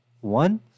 one